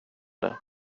det